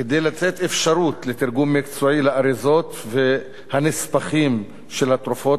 כדי לתת אפשרות לתרגום מקצועי של האריזות והנספחים של התרופות,